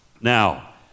Now